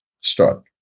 Start